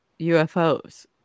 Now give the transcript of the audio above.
UFOs